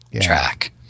track